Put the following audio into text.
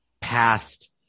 past